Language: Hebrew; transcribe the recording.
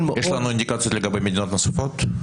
יש לנו אינדיקציות לגבי מדינות נוספות?